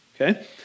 Okay